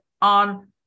on